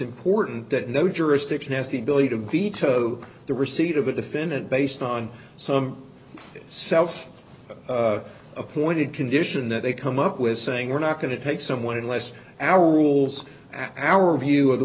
important that no jurisdiction has the ability to veto the receipt of a defendant based on some self appointed condition that they come up with saying we're not going to take someone unless our rules our view of the